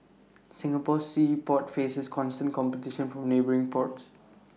Singapore's sea port faces constant competition from neighbouring ports